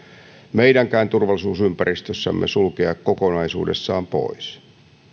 meidänkään turvallisuusympäristössämme sulkea kokonaisuudessaan pois